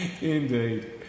indeed